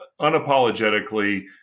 unapologetically